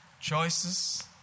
choices